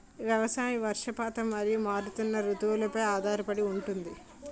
వ్యవసాయం వర్షపాతం మరియు మారుతున్న రుతువులపై ఆధారపడి ఉంటుంది